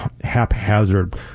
haphazard